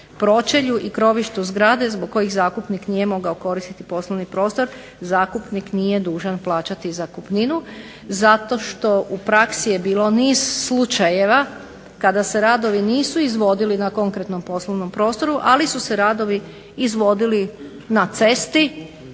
pročelju i krovištu zgrade zbog kojih zakupnik nije mogao koristiti poslovni prostor, zakupnik nije dužan plaćati zakupninu zato što u praksi je bilo niz slučajeva kada se radovi nisu izvodili na konkretnom poslovnom prostoru ali su se radovi izvodili na cesti,